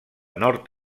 nord